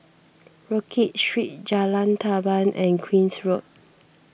Rodyk Street Jalan Tamban and Queen's Road